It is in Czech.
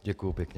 Děkuji pěkně.